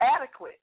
adequate